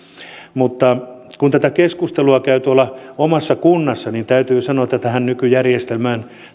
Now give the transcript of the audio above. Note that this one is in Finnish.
mutta kun tätä keskustelua käy tuolla omassa kunnassa niin täytyy sanoa että tähän nykyjärjestelmään